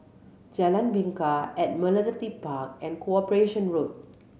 Jalan Bingka Admiralty Park and Corporation Road